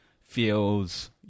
feels